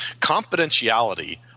Confidentiality